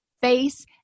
face